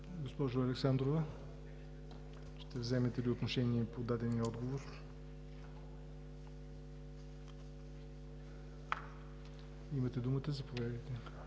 Госпожо Александрова, ще вземете ли отношение по дадения отговор? Имате думата. АННА